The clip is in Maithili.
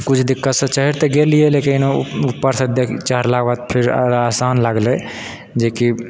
कुछ दिक्कतसँ चढ़ि तऽ गेलिए लेकिन उपरसँ देख चढ़लाके बाद फेर आसान लागले जेकि